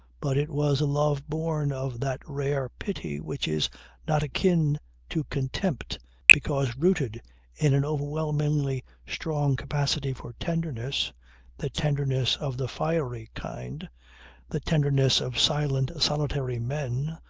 but it was a love born of that rare pity which is not akin to contempt because rooted in an overwhelmingly strong capacity for tenderness the tenderness of the fiery kind the tenderness of silent solitary men,